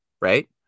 right